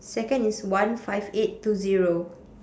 second is one five eight two zero